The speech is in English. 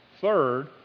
Third